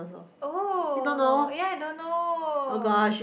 oh ya I don't know